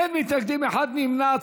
אין מתנגדים, אחד נמנע.